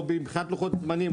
או מבחינת לוחות זמנים,